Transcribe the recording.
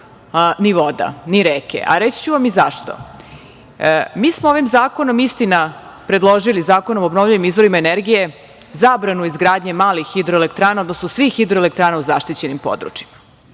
ni voda, ni reke, a reći ću vam i zašto. Mi smo ovim zakonom, istina, predložili, Zakonom o obnovljivim izvorima energije, zabranu izgradnje malih hidroelektrana, odnosno svih hidroelektrana u zaštićenim područjima,